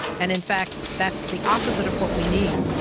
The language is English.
and in fact that's the opposite of what we need.